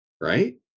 right